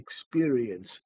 experience